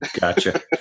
Gotcha